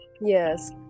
Yes